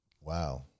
wow